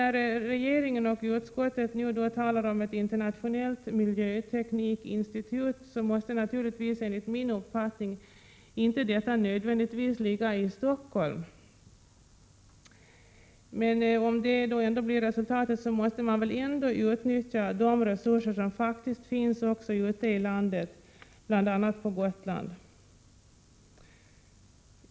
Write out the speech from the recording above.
Regeringen och utskottet talar nu om ett internationellt miljöteknikinstitut. Enligt min uppfattning måste detta inte nödvändigtvis ligga i Stockholm. Men om det ändå blir beslutat, måste man väl ändå utnyttja de resurser som faktiskt finns också ute i landet, bl.a. på Gotland.